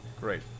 great